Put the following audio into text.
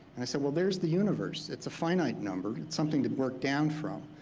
i said, well there's the universe. it's a finite number, something to work down from.